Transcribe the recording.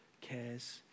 cares